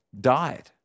died